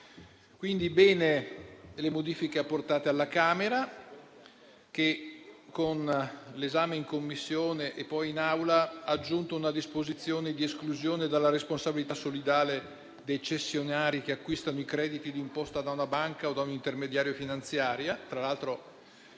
quindi positive le modifiche apportate alla Camera che, con l'esame in Commissione e poi in Aula, ha aggiunto una disposizione di esclusione dalla responsabilità solidale dei cessionari che acquistano i crediti di imposta da una banca o da un intermediario finanziario;